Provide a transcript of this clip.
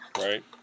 Right